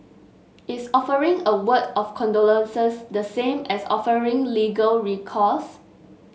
is offering a word of condolence the same as offering legal recourse